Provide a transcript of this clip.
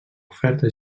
oferta